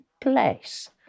place